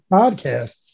podcast